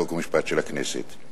חוק ומשפט של הכנסת.